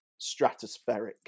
stratospheric